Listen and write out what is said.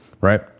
Right